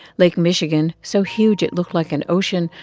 lake michigan, so huge it looked like an ocean,